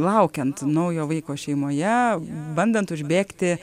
laukiant naujo vaiko šeimoje bandant užbėgti